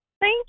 Thank